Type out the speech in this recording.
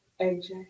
AJ